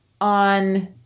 on